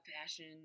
passion